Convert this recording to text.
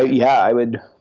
yeah, i would.